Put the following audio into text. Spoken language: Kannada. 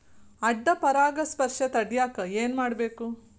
ಅಡ್ಡ ಪರಾಗಸ್ಪರ್ಶ ತಡ್ಯಾಕ ಏನ್ ಮಾಡ್ಬೇಕ್?